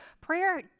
Prayer